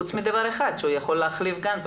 חוץ מדבר אחד, שהוא יכול להחליף גן.